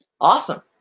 Awesome